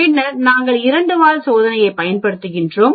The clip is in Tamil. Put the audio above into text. பின்னர் நாங்கள் இரண்டு வால் சோதனையைப் பயன்படுத்துகிறோம்